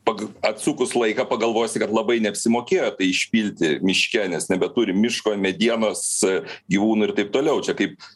pag atsukus laiką pagalvosi kad labai neapsimokėjo tai išpilti miške nes nebeturim miško medienos e gyvūnų ir taip toliau čia kaip